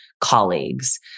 colleagues